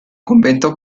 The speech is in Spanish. convento